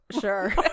sure